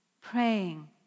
praying